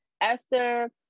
Esther